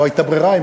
לא הייתה ברירה,